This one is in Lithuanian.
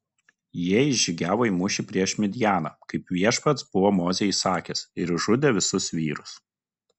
jie išžygiavo į mūšį prieš midjaną kaip viešpats buvo mozei įsakęs ir išžudė visus vyrus